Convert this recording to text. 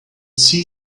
see